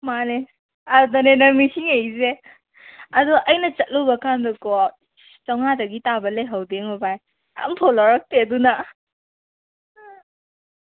ꯃꯥꯟꯅꯦ ꯑꯗꯅꯦ ꯅꯪ ꯅꯤꯡꯁꯤꯡꯉꯛꯏꯁꯦ ꯑꯗꯣ ꯑꯩꯅ ꯆꯠꯂꯨꯕꯀꯥꯟꯗ ꯀꯣ ꯑꯁ ꯆꯥꯝꯃꯉꯥꯗꯒꯤ ꯇꯥꯕ ꯂꯩꯍꯧꯗꯦꯉꯣ ꯚꯥꯏ ꯑꯃꯐꯥꯎ ꯂꯧꯔꯛꯇꯦ ꯑꯗꯨꯅ